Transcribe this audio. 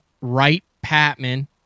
Wright-Patman